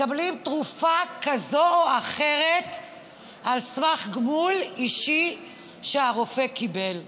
מקבלים תרופה כזאת או אחרת על סמך גמול אישי שהרופא קיבל.